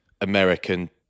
American